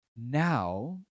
Now